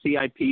CIP